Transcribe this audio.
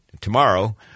tomorrow